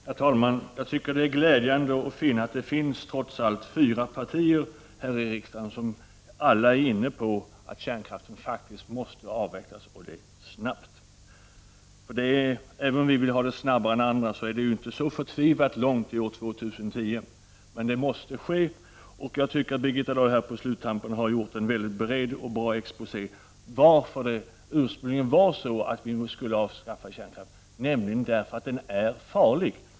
Herr talman! Jag tycker det är glädjande att notera att det trots allt finns fyra partier här i riksdagen som alla är inne på att kärnkraften faktiskt måste avvecklas och det snabbt. För även om vi vill ha det snabbare än andra, är det ju inte så förtvivlat långt till år 2010. Men det måste ske, och jag tycker att Birgitta Dahl här på sluttampen har gjort en väldigt bred och bra exposé över varför det ursprungligen var så att vi skulle avskaffa kärnkraften, nämligen därför att den är farlig.